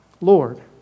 Lord